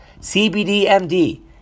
CBDMD